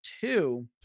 two